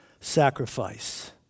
sacrifice